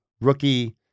rookie